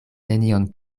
nenion